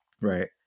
Right